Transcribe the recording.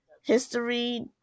history